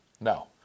no